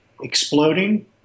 exploding